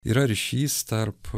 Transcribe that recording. yra ryšys tarp